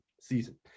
season